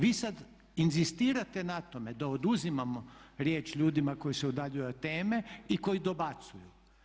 Vi sad inzistirate na tome da oduzimamo riječ ljudima koji se udaljuju od teme i koji dobacuju.